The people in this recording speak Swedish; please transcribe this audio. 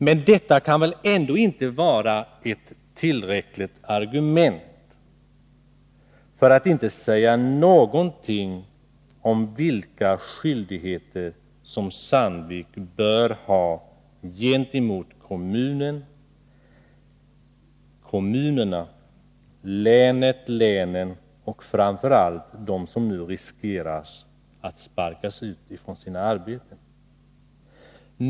Men det kan väl ändå inte vara ett tillräckligt argument för att inte säga någonting om vilka skyldigheter Sandvik bör ha gentemot kommunen länen och framför allt gentemot dem som nu riskerar att sparkas ut från sina arbeten.